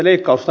kiitos